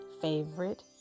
favorite